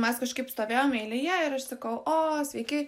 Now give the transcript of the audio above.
mes kažkaip stovėjom eilėje ir aš sakau o sveiki